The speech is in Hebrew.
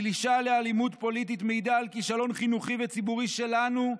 הגלישה לאלימות פוליטית מעידה על כישלון חינוכי וציבורי שלנו,